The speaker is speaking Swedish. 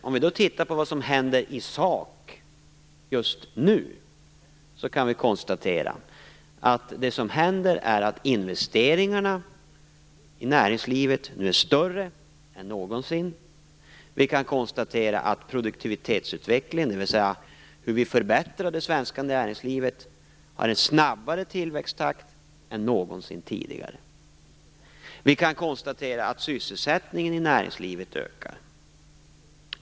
Om vi då tittar på vad som händer i sak just nu kan vi konstatera att investeringarna i näringslivet nu är större än någonsin. Vi kan konstatera att produktivitetsutvecklingen, dvs. hur vi förbättrar det svenska näringslivet, har en snabbare tillväxttakt än någonsin tidigare. Vi kan konstatera att sysselsättningen i näringslivet ökar.